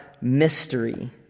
mystery